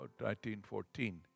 1914